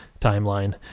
timeline